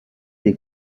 des